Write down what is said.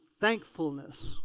thankfulness